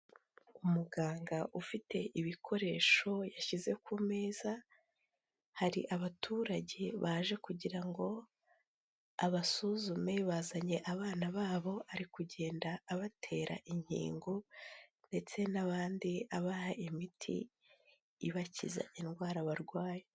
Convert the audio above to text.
Umuganga ufite ibikoresho yashyize ku meza hari abaturage baje kugira ngo abasuzume, bazanye abana babo ari kugenda abatera inkingo ndetse n'abandi abaha imiti ibakiza indwara barwaye.